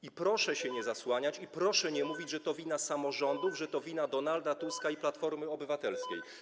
I proszę się nie zasłaniać, proszę nie mówić, że to wina samorządu, że to wina Donalda Tuska i Platformy Obywatelskiej.